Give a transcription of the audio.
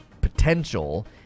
potential